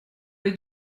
les